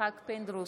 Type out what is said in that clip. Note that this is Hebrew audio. יצחק פינדרוס,